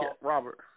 Robert